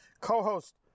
co-host